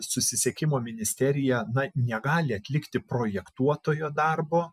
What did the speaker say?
susisiekimo ministerija na negali atlikti projektuotojo darbo